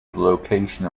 location